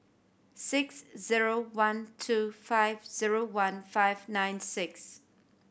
six zero one two five zero one five nine six